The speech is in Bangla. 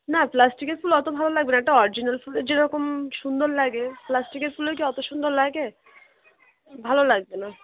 না প্লাস্টিকের ফুল অতো ভালো লাগবে না একটা অরিজিনাল ফুলের যেরকম সুন্দর লাগে প্লাস্টিকের ফুলে কী অতো সুন্দর লাগে ভালো লাগবে না